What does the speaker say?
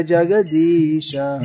Jagadisha